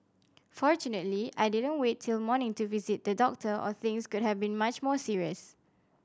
fortunately I didn't wait till morning to visit the doctor or things could have been much more serious